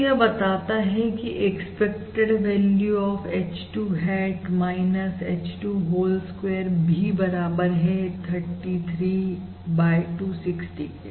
तो यह बताता है की expected value of h 2 hat h2 whole square भी बराबर है 33 260 के